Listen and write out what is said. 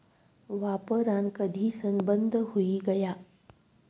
वापरान कधीसन बंद हुई गया